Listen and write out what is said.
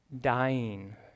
dying